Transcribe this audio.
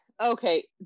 Okay